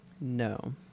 No